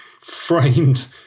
framed